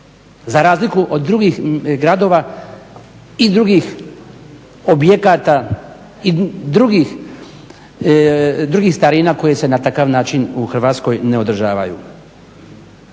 za razliku od drugih gradova i drugih objekata i drugih starina koje se na takav način u Hrvatskoj ne održavaju.